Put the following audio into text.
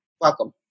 welcome